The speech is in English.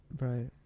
right